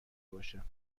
باشم